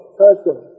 person